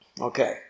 Okay